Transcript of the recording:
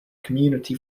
community